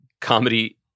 comedy